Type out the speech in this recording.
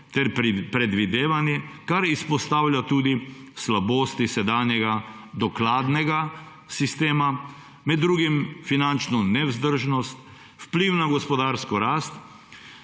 ter predvidevanji, kar izpostavlja tudi slabosti sedanjega dokladnega sistema, med drugim finančno nevzdržnost, vpliv na gospodarsko rast,